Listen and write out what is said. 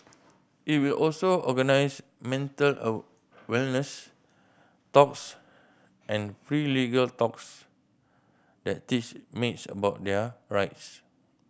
it will also organise mental a wellness talks and free legal talks that teach maids about their rights